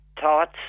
thoughts